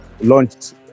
launched